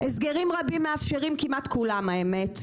הסגרים רבים מאפשרים כמעט כולם האמת,